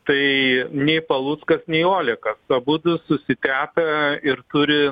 tai nei paluckas nei olekas abudu susitepę ir turi